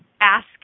Ask